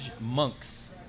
Monks